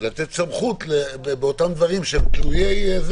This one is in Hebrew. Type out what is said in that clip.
לתת סמכות באותם דברים שהם תלויים,